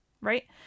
Right